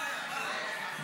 המשותפת לא נתקבלה.